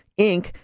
Inc